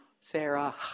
sarah